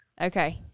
Okay